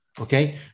okay